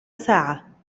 ساعة